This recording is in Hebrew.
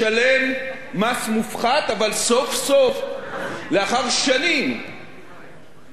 אבל סוף-סוף לאחר שנים שלא שילמו דבר